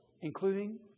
including